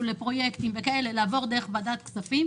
לפרויקטים לעבור דרך ועדת הכספים,